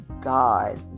God